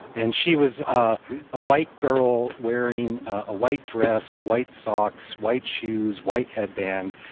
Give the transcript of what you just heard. and she was a white girl wearing a white dress, white socks, white shoes, white headband,